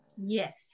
Yes